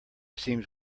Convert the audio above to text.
seems